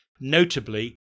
notably